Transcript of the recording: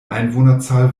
einwohnerzahl